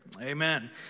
amen